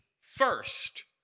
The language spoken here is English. first